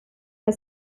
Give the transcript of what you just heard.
per